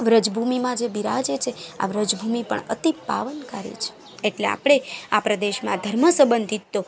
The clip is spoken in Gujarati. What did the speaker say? વ્રજ ભૂમિમાં જે બિરાજે છે આ વ્રજ ભૂમિ પણ અતિ પાવનકારી છે એટલે આપણે આ પ્રદેશમાં ધર્મ સબંધિતો